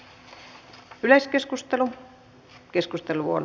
keskustelua ei syntynyt